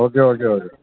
okay okay okay